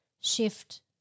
shift